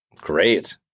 Great